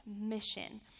mission